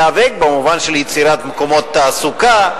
להיאבק במובן של יצירת מקומות תעסוקה,